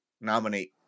nominate